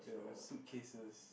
ya suitcases